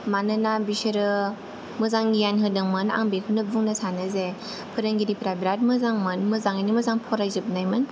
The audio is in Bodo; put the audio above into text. मानोना बिसोरो मोजां गियान होदोंमोन आं बेखौनो बुंनो सानो जे फोरोंगिरिफ्रा बिराद मोजां मोन मोजाङै नो मोजां फराय जोबनाय मोन